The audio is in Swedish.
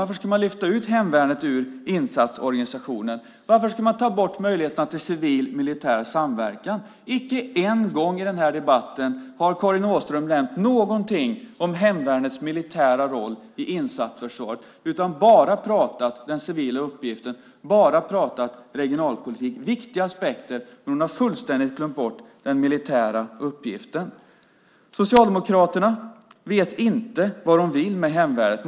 Varför ska man lyfta ut hemvärnet ur insatsorganisationen? Varför ska man ta bort möjligheten till civilmilitär samverkan? Inte en gång i debatten har Karin Åström nämnt något om hemvärnets militära roll i insatsförsvaret. Hon har bara pratat om den civila uppgiften, och hon har bara pratat om regionalpolitik. Det är viktiga aspekter, men hon har fullständigt glömt bort den militära uppgiften. Socialdemokraterna vet inte vad de vill med hemvärnet.